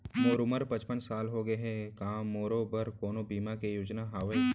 मोर उमर पचपन साल होगे हे, का मोरो बर कोनो बीमा के योजना हावे?